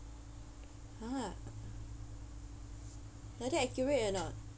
!huh! like that accurate or not